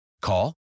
Call